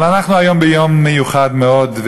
אבל אנחנו היום ביום מיוחד מאוד,